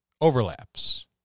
Overlaps